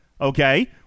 okay